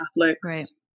Catholics